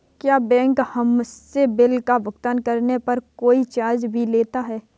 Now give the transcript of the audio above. क्या बैंक हमसे बिल का भुगतान करने पर कोई चार्ज भी लेता है?